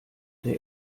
der